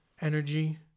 energy